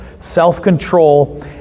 self-control